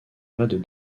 raid